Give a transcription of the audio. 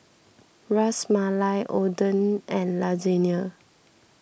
Ras Malai Oden and Lasagne